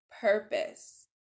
purpose